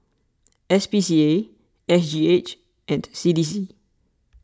S P C A S G H and C D C